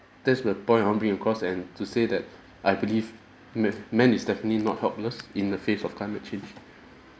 that's the point I want bring across and to say that I believe ma~ man is definitely not helpless in the face of climate change